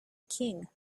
king